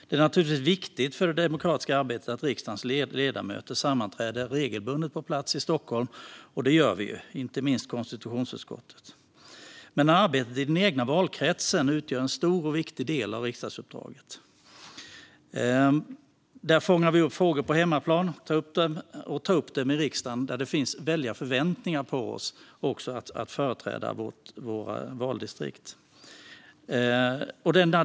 Det är naturligtvis viktigt för det demokratiska arbetet att riksdagens ledamöter regelbundet sammanträder på plats i Stockholm. Och det gör vi ju, inte minst i konstitutionsutskottet. Men arbetet i den egna valkretsen utgör en stor och viktig del av riksdagsuppdraget. Där fångar vi upp frågor på hemmaplan och tar upp dem med riksdagen. Det finns väldiga förväntningar på oss att företräda våra valdistrikt.